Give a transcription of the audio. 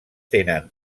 tenen